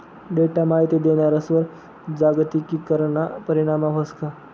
Data माहिती देणारस्वर जागतिकीकरणना परीणाम व्हस का?